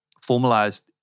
formalized